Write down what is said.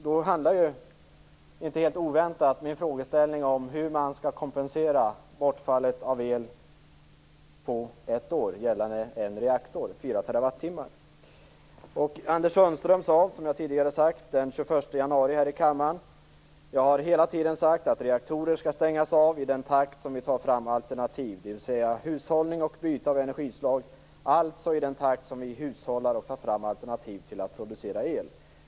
Då handlar min frågeställning inte helt oväntat om hur man skall kompensera bortfallet av el gällande en reaktor, 4 TWh, på ett år. Anders Sundström sade, som jag tidigare sagt, den 21 januari här i kammaren: "Jag har hela tiden sagt att reaktorer skall stängas av i den takt som vi tar fram alternativ, dvs. hushållning och byte av energislag, alltså i den takt som vi hushållar och tar fram alternativ till att producera el.